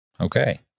Okay